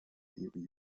geben